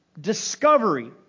discovery